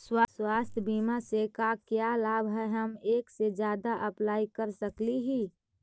स्वास्थ्य बीमा से का क्या लाभ है हम एक से जादा अप्लाई कर सकली ही?